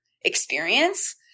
experience